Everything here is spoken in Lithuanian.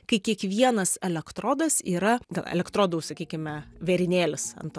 kai kiekvienas elektrodas yra elektrodų sakykime vėrinėlis ant